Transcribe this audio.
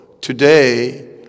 today